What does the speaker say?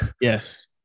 Yes